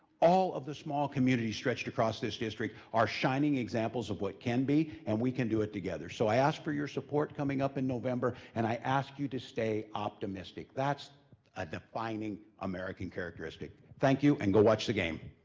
all of the small communities stretched across this district are shining examples of what can be, and we can do it together. so i ask for your support coming up in november. and i ask you to stay optimistic. that's a defining american characteristic. thank you, and go watch the game.